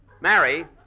Mary